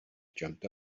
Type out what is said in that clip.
jumped